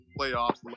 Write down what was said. playoffs